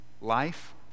life